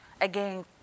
again